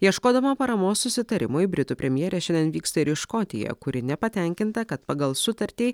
ieškodama paramos susitarimui britų premjerė šiandien vyksta ir į škotiją kuri nepatenkinta kad pagal sutartį